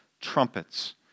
trumpets